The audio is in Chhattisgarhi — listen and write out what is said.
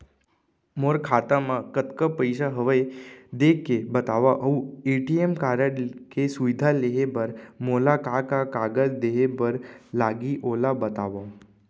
मोर खाता मा कतका पइसा हवये देख के बतावव अऊ ए.टी.एम कारड के सुविधा लेहे बर मोला का का कागज देहे बर लागही ओला बतावव?